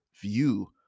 view